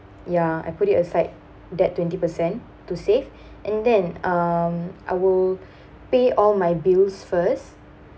ya I put it aside that twenty percent to save and then um I will pay all my bills first